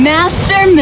Master